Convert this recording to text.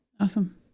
Awesome